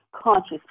conscious